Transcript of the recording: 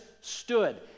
stood